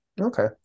Okay